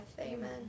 Amen